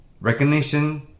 recognition